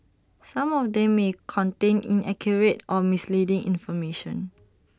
some of them may contain inaccurate or misleading information